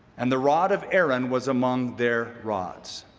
and the rod of aaron was among their rods.